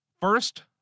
First